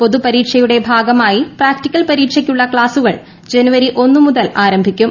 പൊതുപരീക്ഷയുടെ ഭാഗമായി പ്രാക്ടിക്കൽ പരീക്ഷക്കുള്ള ക്സാസുകൾ ജനുവരി ഒന്നു മുതൽ ആരംഭിക്കും